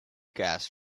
gas